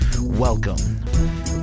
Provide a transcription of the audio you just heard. Welcome